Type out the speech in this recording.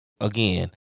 again